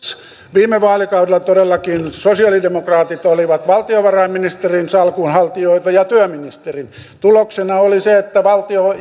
viime vaalikaudella todellakin sosialidemokraatit olivat valtiovarainministerin salkun haltijoita ja työministerin tuloksena oli se että valtio